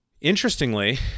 interestingly